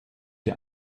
der